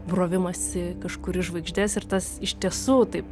brovimąsi kažkur į žvaigždes ir tas iš tiesų taip